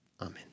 Amen